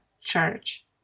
church